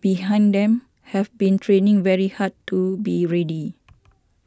behind them have been training very hard to be ready